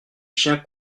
chiens